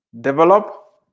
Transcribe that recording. develop